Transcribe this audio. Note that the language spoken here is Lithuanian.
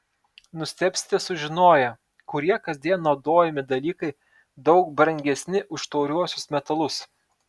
nustebsite sužinoję kurie kasdien naudojami dalykai daug brangesni už tauriuosius metalus